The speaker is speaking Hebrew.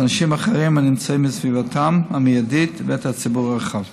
את האנשים האחרים הנמצאים בסביבתם המיידית ואת הציבור הרחב.